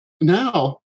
now